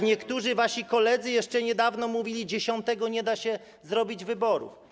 Niektórzy wasi koledzy jeszcze niedawno mówili: dziesiątego nie da się zrobić wyborów.